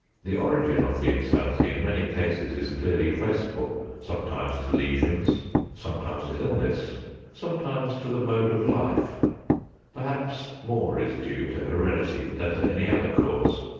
the origin of the insanity in many cases is clearly traceable sometimes to lesions sometimes to illness sometimes to the mode of life perhaps more is due to heredity than to any other cause.